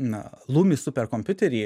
na lumi superkompiuterį